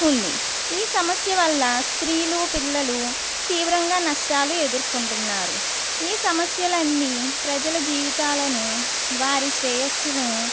ఉంది ఈ సమస్య వల్ల స్త్రీలు పిల్లలు తీవ్రంగా నష్టాలు ఎదుర్కొంటున్నారు ఈ సమస్యలన్నీ ప్రజల జీవితాలను వారి శ్రేయస్సును